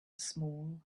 small